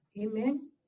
Amen